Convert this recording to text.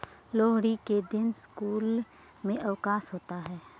लोहड़ी के दिन स्कूल में अवकाश होता है